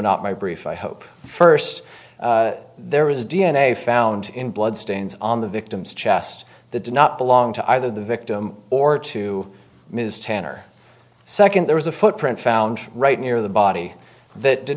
not my brief i hope first there was d n a found in blood stains on the victim's chest that did not belong to either the victim or to ms tanner second there was a footprint found right near the body that did